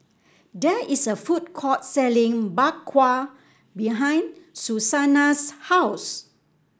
there is a food court selling Bak Kwa behind Susannah's house